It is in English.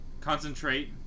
concentrate